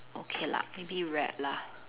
okay lah maybe red lah